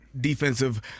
defensive